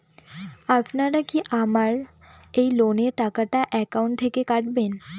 আপনারা কি আমার এই লোনের টাকাটা একাউন্ট থেকে কাটবেন?